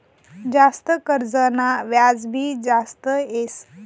जास्त कर्जना व्याज भी जास्त येस